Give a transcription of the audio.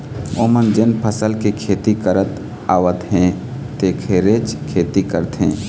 ओमन जेन फसल के खेती करत आवत हे तेखरेच खेती करथे